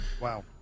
Wow